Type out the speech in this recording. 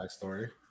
backstory